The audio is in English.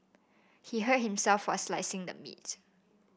he hurt himself while slicing the meat